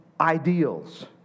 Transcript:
ideals